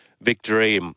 victory